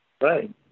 Right